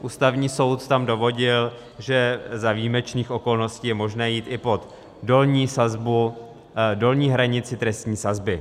Ústavní soud tam dovodil, že za výjimečných okolností je možné jít i pod dolní sazbu, dolní hranici trestní sazby.